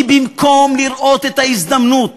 כי במקום לראות את ההזדמנות